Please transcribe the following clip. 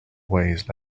ways